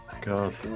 God